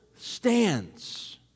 stands